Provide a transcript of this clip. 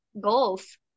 goals